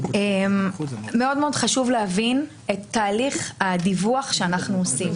מאוד חשוב להבין את תהליך הדיווח שאנחנו עושים.